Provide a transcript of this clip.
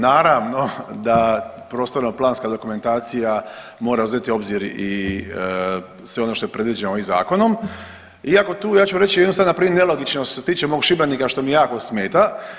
Naravno da prostorno-planska dokumentacija mora uzeti u obzir i sve ono što je predviđeno ovim Zakonom iako tu, ja ću reći jednu sad npr. nelogičnost što se tiče mog Šibenika, što mi jako smeta.